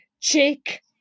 chick